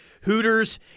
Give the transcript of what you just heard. Hooters